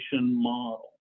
model